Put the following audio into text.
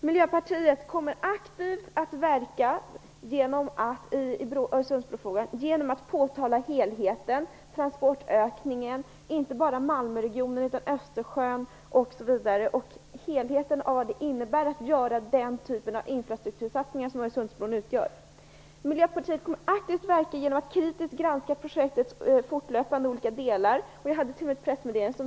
Miljöpartiet kommer aktivt att verka i Öresundsbrofrågan genom att påtala helheten - transportökningen inte bara i Malmöregionen utan även i Östersjön, osv. - dvs. vad det kommer att innebära att göra den typen av infrastruktursatsningar. Miljöpartiet kommer att verka aktivt genom att fortlöpande kritiskt granska projektets olika delar.